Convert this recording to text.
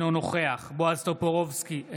אינו נוכח בועז טופורובסקי,